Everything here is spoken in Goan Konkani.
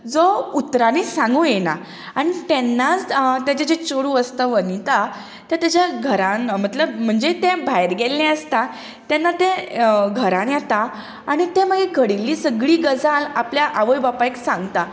उतरांनी सांगूंक येना आनी तेन्नाच ताजे जें चेडूं आसता वनिता तें ताज्या घरान मतलब म्हणजे ते भायर गेल्लें आसता तेन्ना तें घरान येता आनी तें मागीर घडिल्ली सगली गजाल आपल्या आवय बापायक सांगता